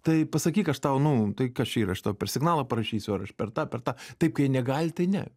tai pasakyk aš tau nu tai kas čia yra aš tau signalą parašysiu ar aš per tą per tą taip kai jie negali tai ne